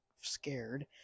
scared